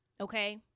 okay